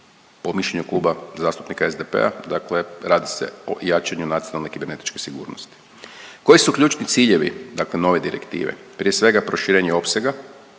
po mišljenju Kluba zastupnika SDP-a, dakle radi se o jačanju nacionalne kibernetičke sigurnosti. Koji su ključni ciljevi, dakle nove direktive? Prije svega, proširenje opsega